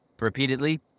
repeatedly